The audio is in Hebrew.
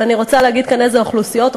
אני רוצה להגיד כאן איזה אוכלוסיות: